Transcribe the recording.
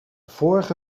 vorig